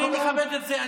אני מכבד את זה,